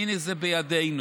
הינה, זה בידינו.